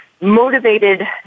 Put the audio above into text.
motivated